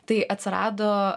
tai atsirado